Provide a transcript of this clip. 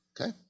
Okay